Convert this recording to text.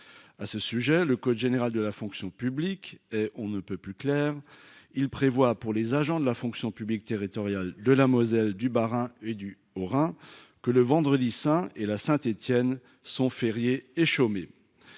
À ce sujet le code général de la fonction publique on ne peut plus clair. Il prévoit pour les agents de la fonction publique territoriale de la Moselle, du Bas-Rhin et du Haut-Rhin que le vendredi Saint et la Saint-Étienne sont férié et chômé.